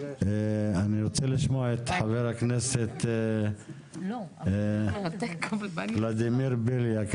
אני רוצה לשמוע את חבר הכנסת ולדימיר בליאק.